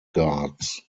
guards